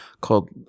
called